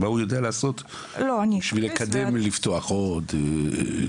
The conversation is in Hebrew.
מה הוא יודע לעשות בשביל לקדם ולפתוח או להגדיל?